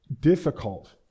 difficult